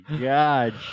god